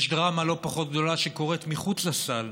יש דרמה לא פחות גדולה שקורית מחוץ לסל,